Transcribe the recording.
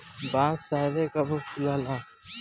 बांस शायदे कबो फुलाला